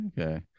okay